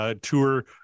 tour